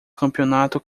campeonato